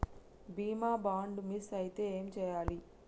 బీమా bond miss అయితే ఏం చేయాలి?